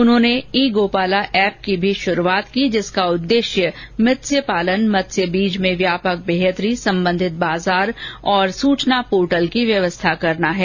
उन्होंने e Gopala app की भी शुरूआत की जिसका उद्देश्य मत्स्य पालन मत्स्य बीज में व्यापक बेहतरी संबंधित बाज़ार और सूचना पोर्टर्ल की व्यवस्था करना है